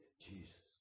Jesus